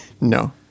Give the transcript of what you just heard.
No